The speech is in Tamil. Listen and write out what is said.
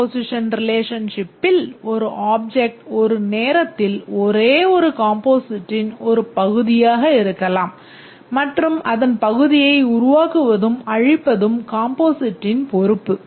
காம்போசிஷன் ரிலேஷன்ஷிப்பில் ஒரு ஆப்ஜெக்ட் ஒரு நேரத்தில் ஒரே ஒரு காம்போசிட்டின் ஒரு பகுதியாக இருக்கலாம் மற்றும் அதன் பகுதியை உருவாக்குவதும் அழிப்பதும் காம்போசிட்டின் பொறுப்பு